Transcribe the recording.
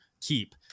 keep